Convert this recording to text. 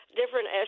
different